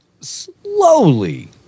slowly